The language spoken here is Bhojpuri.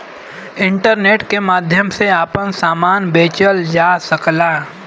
इंटरनेट के माध्यम से आपन सामान बेचल जा सकला